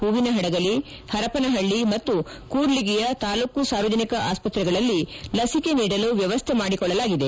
ಹೂವಿನಹಡಗಲಿ ಪರಪನಪಳ್ಳ ಮತ್ತು ಕೂಡ್ಲಿಗಿಯ ತಾಲ್ಲೂಕು ಸಾರ್ವಜನಿಕ ಆಸ್ಪತ್ರೆಗಳಲ್ಲಿ ಲಸಿಕೆ ನೀಡಲು ವ್ಯವಸ್ಥೆ ಮಾಡಿಕೊಳ್ಳಲಾಗಿದೆ